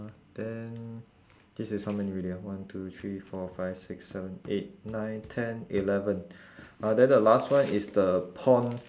uh then this is how many already ah one two three four five six seven eight nine ten eleven uh then the last one is the pond